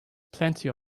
plenty